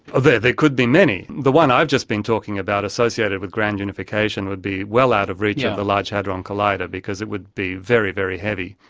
there could be many. the one i've just been talking about associated with grand unification would be well out of reach of the large hadron collider because it would be very, very heavy.